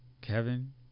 kevin